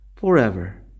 Forever